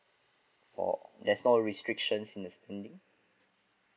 for that's all restrictions in this